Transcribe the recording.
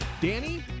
Danny